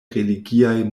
religiaj